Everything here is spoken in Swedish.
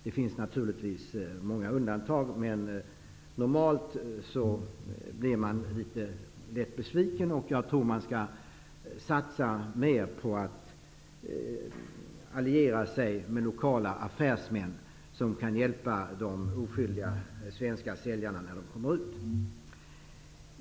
Naturligtvis finns det många undantag, men vanligtvis blir man något lätt besviken. Man skall nog satsa mer på att alliera sig med lokala affärsmän, som kan hjälpa de oskyldiga svenska säljarna när de kommer ut.